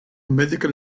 medical